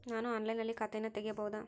ನಾನು ಆನ್ಲೈನಿನಲ್ಲಿ ಖಾತೆಯನ್ನ ತೆಗೆಯಬಹುದಾ?